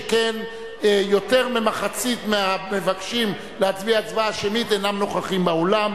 שכן יותר ממחצית מהמבקשים להצביע הצבעה שמית אינם נוכחים באולם.